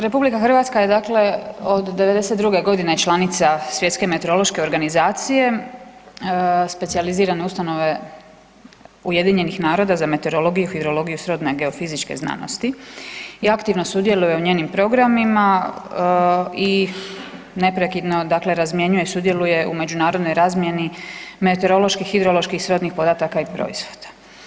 RH je dakle od '92.g. članica Svjetske meteorološke organizacije, specijalizirane ustanove UN-a za meteorologiju, hidrologiju i srodne geofizičke znanosti i aktivno sudjeluje u njenim programima i neprekidno razmjenjuje, sudjeluje u međunarodnoj razmjeni meteoroloških, hidroloških i srodnih podataka i proizvoda.